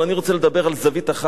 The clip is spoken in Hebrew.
אבל אני רוצה לדבר על זווית אחת,